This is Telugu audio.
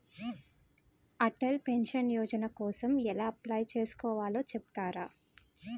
అటల్ పెన్షన్ యోజన కోసం ఎలా అప్లయ్ చేసుకోవాలో చెపుతారా?